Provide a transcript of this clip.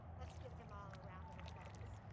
let's give them all a round of applause.